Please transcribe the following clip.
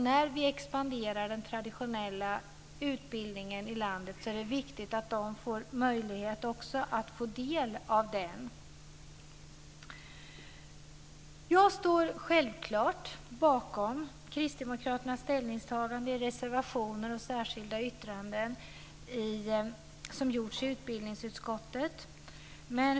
När vi expanderar den traditionella utbildningen i landet är det viktigt att de också får möjlighet att ta del av detta. Jag står självklart bakom kristdemokraternas ställningstaganden i de reservationer och särskilda yttranden som gjorts i utbildningsutskottet.